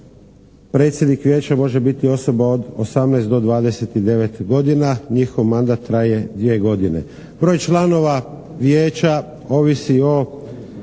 predsjednik vijeća može biti osoba od 18 do 29 godina. Njihov mandat traje dvije godine. Broj članova vijeća ovisi o